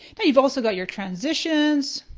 now you've also got your transitions.